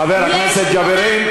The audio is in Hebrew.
חבר הכנסת ג'בארין.